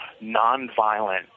nonviolent